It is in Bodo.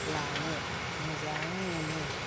लानो मोजां मोनो